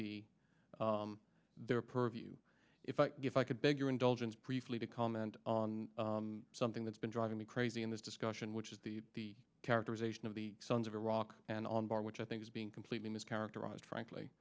be their purview if i if i could bigger indulgence briefly to comment on something that's been driving me crazy in this discussion which is the the characterization of the sons of iraq and on bar which i think is being completely mischaracterized frankly